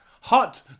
hot